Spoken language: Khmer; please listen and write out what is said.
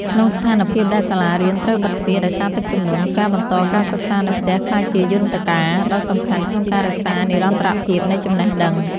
ក្នុងស្ថានភាពដែលសាលារៀនត្រូវបិទទ្វារដោយសារទឹកជំនន់ ការបន្តការសិក្សានៅផ្ទះក្លាយជាយន្តការដ៏សំខាន់ក្នុងការរក្សានិរន្តរភាពនៃចំណេះដឹង។